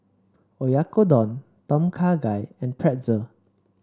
Oyakodon Tom Kha Gai and Pretzel